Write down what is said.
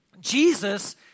Jesus